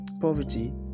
Poverty